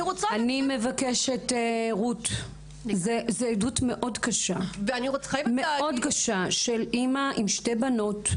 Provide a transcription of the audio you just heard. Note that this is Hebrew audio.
אני מבקשת: זו עדות מאוד קשה של אימא עם שתי בנות,